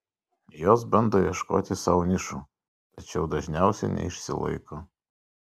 jos bando ieškoti sau nišų tačiau dažniausiai neišsilaiko